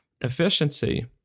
efficiency